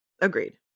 Agreed